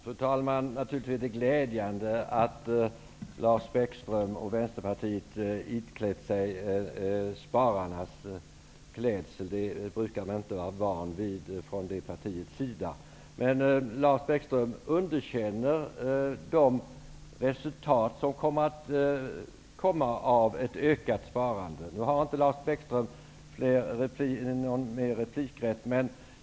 Fru talman! Naturligtvis är det glädjande att Lars Bäckström och vänsterpartisterna iklätt sig spararnas klädsel. Det är vi inte vana att se från deras sida. Lars Bäckström underkänner de resultat som ett ökat sparande kommer att ge. Nu har Lars Bäckström inte rätt till fler repliker.